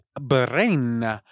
Brain